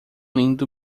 lindo